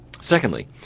Secondly